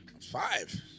Five